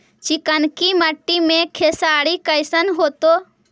चिकनकी मट्टी मे खेसारी कैसन होतै?